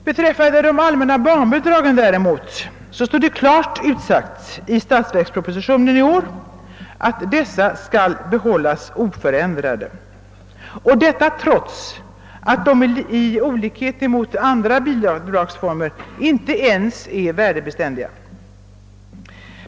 Beträffande de allmänna barnbidragen däremot står det klart utsagt i statsverkspropositionen i år, att dessa skall behållas oförändrade; detta trots att de till skillnad från andra bidragsformer inte ens är värdebeständiga.